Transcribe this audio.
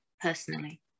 personally